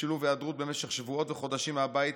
בשילוב היעדרות במשך שבועות וחודשים מהבית,